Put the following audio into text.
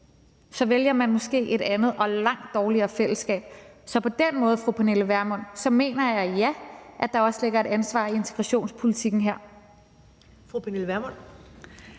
så vælger man måske et andet og langt dårligere fællesskab. Så ja, fru Pernille Vermund, på den måde mener jeg, at der også ligger et ansvar i forbindelse med integrationspolitikken her.